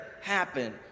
happen